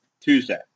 Tuesday